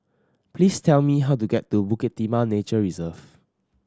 please tell me how to get to Bukit Timah Nature Reserve